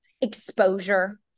exposure